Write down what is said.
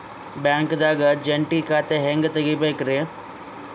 ಬ್ಯಾಂಕ್ದಾಗ ಜಂಟಿ ಖಾತೆ ಹೆಂಗ್ ತಗಿಬೇಕ್ರಿ?